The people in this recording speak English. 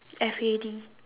F A D